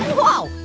whoa,